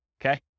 Okay